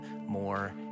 more